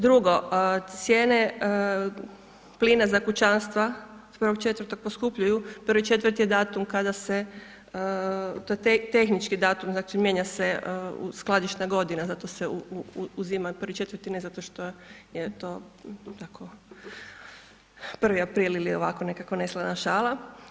Drugo, cijene plina za kućanstva od 1.4. poskupljuju 1.4. je datum kada se, to je tehnički datum znači mijenja se skladišna godina zato se uzima 1.4. ne zato što je to tako Prvi april ili ovako nekako neslana šala.